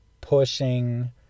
pushing